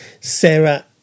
Sarah